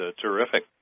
terrific